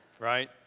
Right